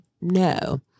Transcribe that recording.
no